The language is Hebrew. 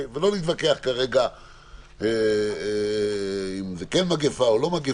ולא נתווכח כרגע אם זה כן מגיפה או לא,